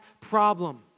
problem